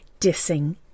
dissing